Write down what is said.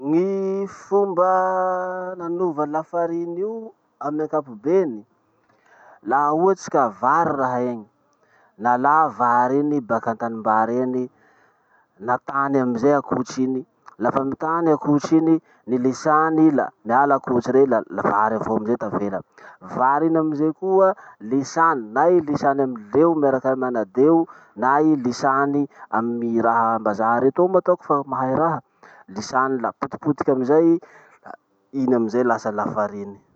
Gny fomba nanova lafariny io amy ankapobeny. Laha ohatsy ka vary raha iny, nalà vary iny baka antanimbary eny, natany amizay akotry iny, lafa nitany akotry iny, nilisany i la niala akory rey la vary avao amizay tavela. Vary iny amizay koa lisany, na i lisany amy leo miaraky amy anadeo na i lisany amy raham-bazaha retoa moa ataoko fa mahay raha. Lisany la potipotiky amizay i, iny amizay lasa lafariny.